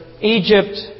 Egypt